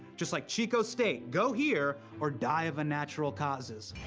just like, chico state, go here, or die of unnatural causes.